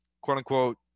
quote-unquote